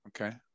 Okay